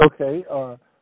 Okay